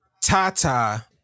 Tata